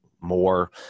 more